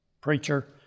preacher